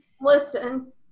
Listen